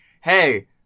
hey